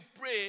pray